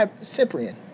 Cyprian